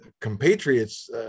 compatriots